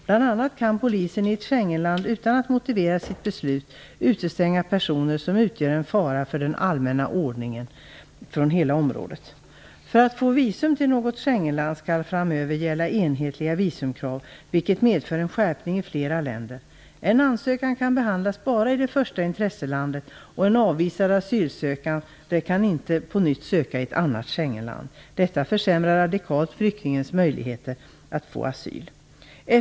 Polisen i ett Schengenland kan bl.a. utan att motivera sitt beslut utestänga personer som "utgör en fara för den allmänna ordningen" från hela området. För att få visum till något Schengenland skall framöver gälla enhetliga visumkrav, vilket medför en skärpning i flera länder. En ansökan kan behandlas bara i det första intresselandet, och en avvisad asylsökande kan inte söka på nytt i ett annat Schengenland. Detta försämrar radikalt flyktingens möjligheter att få asyl.